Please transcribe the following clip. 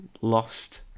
lost